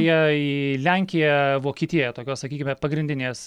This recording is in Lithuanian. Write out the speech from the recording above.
jie į lenkiją vokietiją tokios sakykime pagrindinės